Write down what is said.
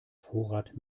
vorrat